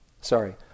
sorry